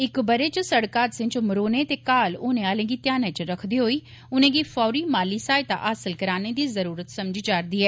इक ब'रे च सड़क हादसें च मरोने ते घायल होने आलें गी ध्यानै च रक्खदे होई उनेंगी फौरी माली सहायता हासिल कराने दी जुरूरत समझी जा'रदी ऐ